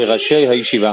לראשי הישיבה.